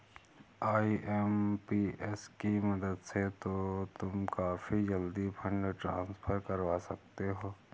IMPS की मदद से तो तुम काफी जल्दी फंड ट्रांसफर करवा सकते हो